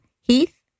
Heath